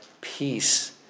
peace